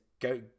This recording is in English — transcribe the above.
go